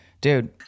Dude